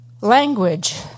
Language